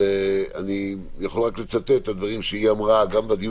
אני יכול רק לצטט את הדברים שהיא אמרה גם בדיון